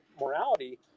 morality